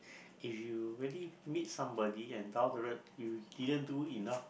if your really meet somebody and down the rate you didn't do enough